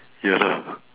ya lah